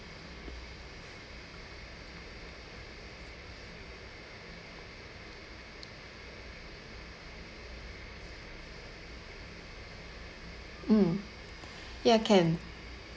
mm ya can